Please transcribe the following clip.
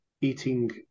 eating